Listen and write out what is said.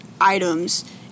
items